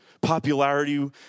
popularity